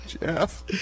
Jeff